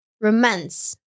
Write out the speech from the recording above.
romance